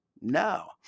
No